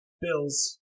Bills